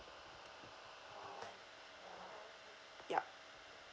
yup